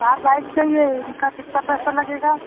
चार बाइक चाहिए इनका कितना पैसा लगेगा